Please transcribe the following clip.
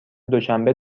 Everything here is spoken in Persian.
دوشنبه